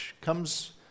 comes